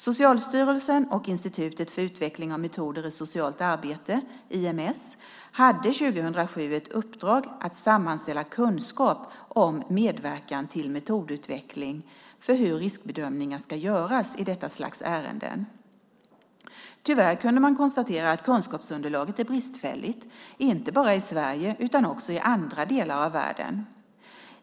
Socialstyrelsen och Institutet för utveckling av metoder i socialt arbete, IMS, hade 2007 ett uppdrag att sammanställa kunskap om medverkan till metodutveckling för hur riskbedömningar ska göras i detta slags ärenden. Tyvärr kunde man konstatera att kunskapsunderlaget är bristfälligt, inte bara i Sverige utan också i andra delar av världen.